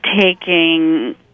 taking